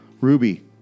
Ruby